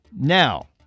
Now